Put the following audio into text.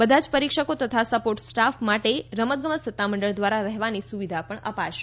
બધા જ પરિક્ષકો તથા સપોર્ટ સ્ટાફને માટે રમતગમત સત્તામંડળ દ્વારા રહેવાની સુવિધા પણ અપાશે